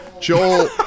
Joel